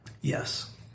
yes